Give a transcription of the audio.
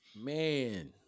man